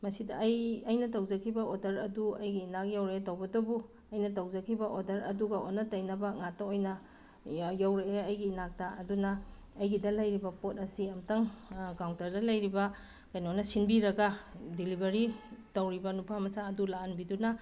ꯃꯁꯤꯗ ꯑꯩ ꯑꯩꯅ ꯇꯧꯖꯈꯤꯕ ꯑꯣꯗꯔ ꯑꯗꯨ ꯑꯩꯒꯤ ꯏꯅꯥꯛ ꯌꯧꯔꯛꯑꯦ ꯇꯧꯕꯇꯕꯨ ꯑꯩꯅ ꯇꯧꯖꯈꯤꯕ ꯑꯣꯗꯔ ꯑꯗꯨꯒ ꯑꯣꯟꯅ ꯇꯩꯅꯕ ꯉꯥꯛꯇ ꯑꯣꯏꯅ ꯌꯧꯔꯛꯑꯦ ꯑꯩꯒꯤ ꯏꯅꯥꯛꯇ ꯑꯗꯨꯅ ꯑꯩꯒꯤꯗ ꯂꯩꯔꯤꯕ ꯄꯣꯠ ꯑꯁꯤ ꯑꯝꯇꯪ ꯀꯥꯎꯟꯇꯔꯗ ꯂꯩꯔꯤꯕ ꯀꯩꯅꯣꯅ ꯁꯤꯟꯕꯤꯔꯒ ꯗꯤꯜꯂꯤꯚꯔꯤ ꯇꯧꯔꯤꯕ ꯅꯨꯄꯥ ꯃꯆꯥ ꯑꯗꯨ ꯂꯥꯛꯍꯟꯕꯤꯗꯨꯅ